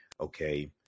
Okay